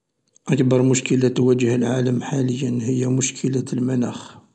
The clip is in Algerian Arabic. أكبر مشكلة تواجه العالم حاليا هي مشكلة المناخ.